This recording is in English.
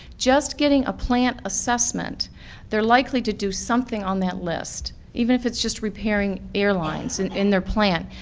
just getting a plant assessment they're likely to do something on that list, even if it's just repairing airlines and in their plant,